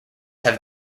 have